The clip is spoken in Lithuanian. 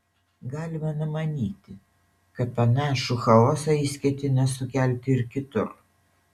galima numanyti kad panašų chaosą jis ketina sukelti ir kitur